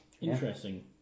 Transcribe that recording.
Interesting